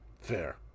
fair